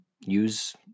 use